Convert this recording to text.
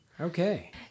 Okay